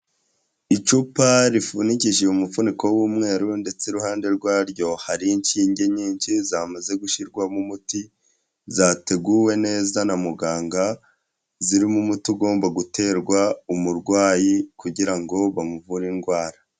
Icupa rifunikishije umufuniko w'umweru ndetse iruhande rwaryo hari inshinge nyinshi zamaze gushyirwamo umuti, zateguwe neza na muganga zirimo umuti ugomba guterwa umurwayi, kugira ngo bamuvure indwara.